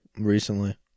Recently